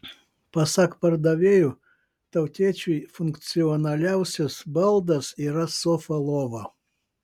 pasak pardavėjų tautiečiui funkcionaliausias baldas yra sofa lova